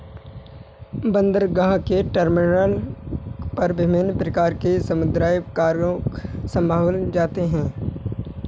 बंदरगाहों के टर्मिनल पर विभिन्न प्रकार के समुद्री कार्गो संभाले जाते हैं